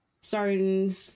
starting